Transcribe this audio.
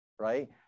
right